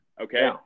okay